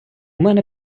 мене